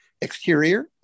exterior